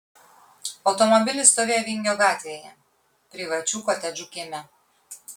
automobilis stovėjo vingio gatvėje privačių kotedžų kieme